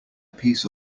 piece